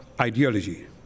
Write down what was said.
ideology